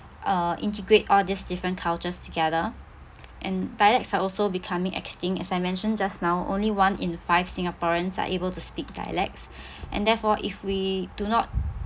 uh integrate all these different cultures together and dialects are also becoming extinct as I mentioned just now only one in five singaporeans are able to speak dialects and therefore if we do not